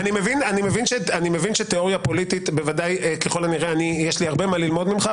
אני מבין שתיאוריה פוליטית בוודאי ככל הנראה יש לי הרבה מה ללמוד ממך,